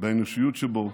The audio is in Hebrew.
באנושיות שבו.